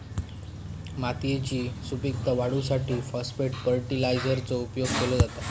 मातयेची सुपीकता वाढवूसाठी फाॅस्फेट फर्टीलायझरचो उपयोग केलो जाता